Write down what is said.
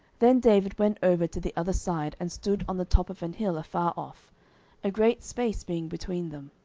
then david went over to the other side, and stood on the top of an hill afar off a great space being between them